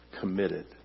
committed